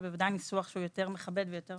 זה ודאי ניסוח שהוא יותר מכבד ויאה